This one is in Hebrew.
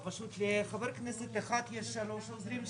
והמכפלה של הרווח התפעולי המתואם,